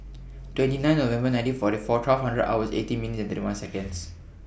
twenty nine November nineteen forty four twelve hundred hours eighteen minutes and thirty one Seconds